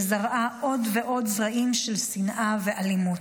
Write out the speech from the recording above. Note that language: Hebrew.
שזרעה עוד ועוד זרעים של שנאה ואלימות.